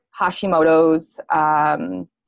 Hashimoto's